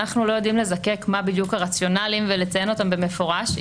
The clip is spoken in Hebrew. אנחנו לא יודעים לזקק מה בדיוק הרציונליים ולציין אותם במפורש.